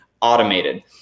automated